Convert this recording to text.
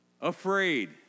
afraid